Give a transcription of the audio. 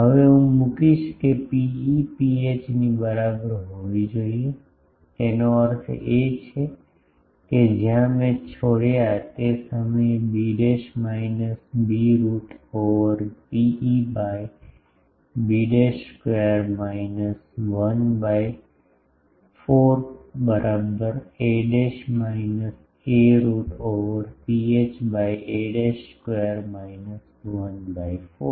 હવે હું મૂકીશ કે Pe Ph ની બરાબર હોવી જોઈએ તેનો અર્થ એ છે કે જ્યાં મેં છોડ્યો તે સમયે b minus b root over ρe by b square minus 1 by 4 બરાબર a minus a root over ρh by a square minus 1 by 4